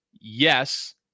yes